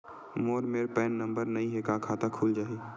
मोर मेर PAN number नई हे का खाता खुल जाही?